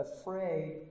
afraid